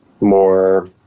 more